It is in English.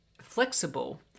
flexible